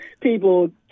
people